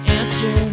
answer